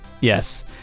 Yes